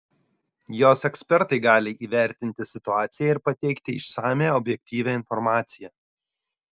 jos ekspertai gali įvertinti situaciją ir pateikti išsamią objektyvią informaciją